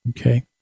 Okay